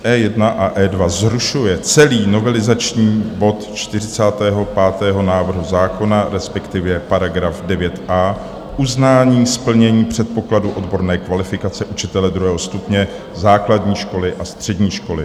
E1 a E2 zrušuje celý novelizační bod 45 návrhu zákona, resp. § 9a, uznání splnění předpokladu odborné kvalifikace učitele druhého stupně základní školy a střední školy.